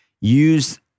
use-